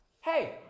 hey